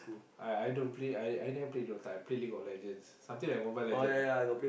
I I don't Play I I never play D_O_T_A I play League of Legends something like Mobile Legends lah